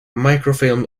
microfilm